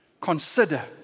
Consider